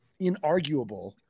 inarguable